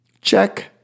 Check